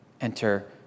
Enter